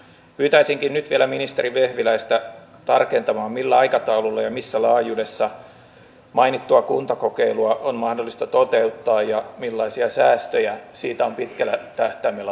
pyytäisinkin nyt vielä ministeri vehviläistä tarkentamaan millä aikataululla ja missä laajuudessa mainittua kuntakokeilua on mahdollista toteuttaa ja millaisia säästöjä siitä on pitkällä tähtäimellä odotettavissa